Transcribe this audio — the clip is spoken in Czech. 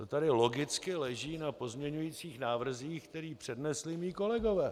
To tady logicky leží na pozměňujících návrzích, které přednesli mí kolegové.